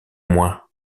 moins